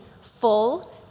full